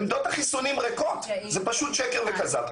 עמדות החיסונים ריקות, זה פשוט שקר וכזב.